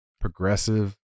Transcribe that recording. progressive